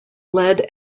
lead